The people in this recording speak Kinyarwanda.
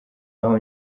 aho